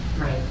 Right